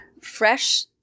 Fresh